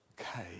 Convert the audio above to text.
Okay